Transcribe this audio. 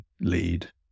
lead